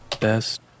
best